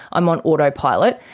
i'm on autopilot.